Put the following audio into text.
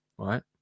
right